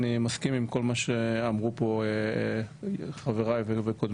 אני מסכים עם כל מה שאמרו פה חבריי וקודמיי,